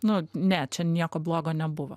nu ne čia nieko blogo nebuvo